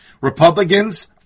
Republicans